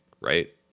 right